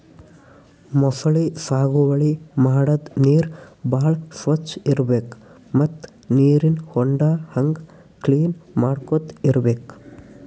ಮೊಸಳಿ ಸಾಗುವಳಿ ಮಾಡದ್ದ್ ನೀರ್ ಭಾಳ್ ಸ್ವಚ್ಚ್ ಇರ್ಬೆಕ್ ಮತ್ತ್ ನೀರಿನ್ ಹೊಂಡಾ ಹಂಗೆ ಕ್ಲೀನ್ ಮಾಡ್ಕೊತ್ ಇರ್ಬೆಕ್